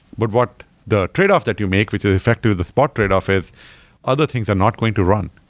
but what the tradeoff that you make, which is effective to the spot tradeoff is other things are not going to run,